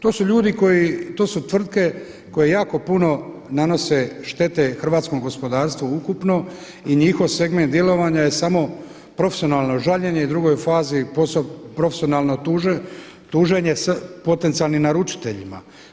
To su tvrtke koje jako puno nanose štete hrvatskom gospodarstvu ukupno i njihov segment djelovanja je samo profesionalno žaljenje u drugoj fazi profesionalno tuženje s potencijalnim naručiteljima.